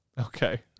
Okay